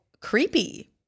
creepy